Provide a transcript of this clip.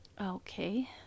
Okay